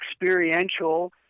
experiential